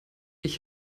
ich